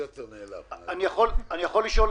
אני מניח,